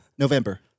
November